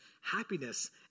happiness